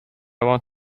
want